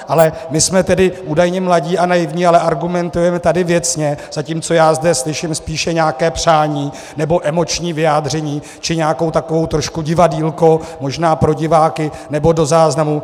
Ale my jsme tedy údajně mladí a naivní, ale argumentujeme tady věcně, zatímco já zde slyším spíše nějaké přání, nebo emoční vyjádření, či nějaké takové trošku divadýlko, možná pro diváky, nebo do záznamu.